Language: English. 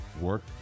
work